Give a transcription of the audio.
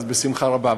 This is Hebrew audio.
אז בשמחה רבה.